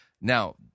now